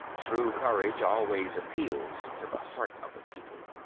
true courage always appeals to the heart of the people.